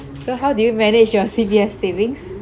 so how do you manage your C_P_F savings